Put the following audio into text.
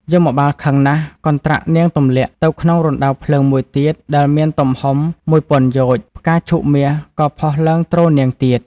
យមបាលខឹងណាស់ កន្ត្រាក់នាងទម្លាក់ ទៅក្នុងរណ្តៅភ្លើងមួយទៀតដែលមានទំហំមួយពាន់យោជន៍ ផ្កាឈូកមាសក៏ ផុសឡើងទ្រនាងទៀត ។